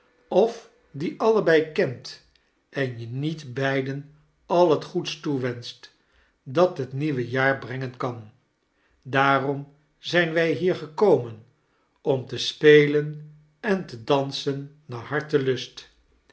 of dite allebei kent en je niet beiden al het goeds toewenscht dat het nieuwe jaar brengen kan daarom zijn wij hier gekomen om te spelen en te dansen naar hartelust